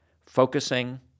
focusing